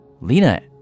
Lena